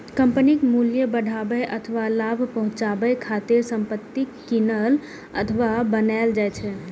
कंपनीक मूल्य बढ़ाबै अथवा लाभ पहुंचाबै खातिर संपत्ति कीनल अथवा बनाएल जाइ छै